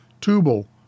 Tubal